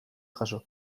jaso